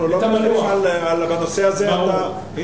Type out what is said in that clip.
אנחנו לא, בנושא הזה, אתה, ברור.